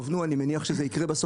אבל למה בעצם זאת צריכה להיות ההבחנה?